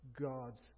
God's